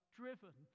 driven